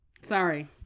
sorry